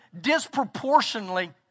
disproportionately